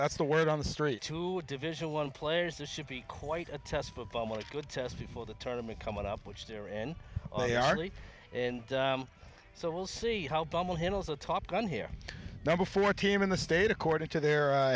that's the word on the street to division one players this should be quite a test of how much good test before the tournament coming up which they're in oh yeah and so we'll see how bumble handles a top gun here number four team in the state according to their